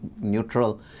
neutral